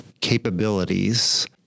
capabilities